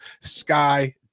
Sky